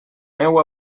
neu